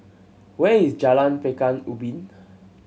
where is Jalan Pekan Ubin